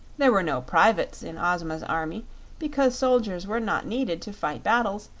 there were no privates in ozma's army because soldiers were not needed to fight battles,